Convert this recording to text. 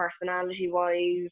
personality-wise